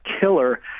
killer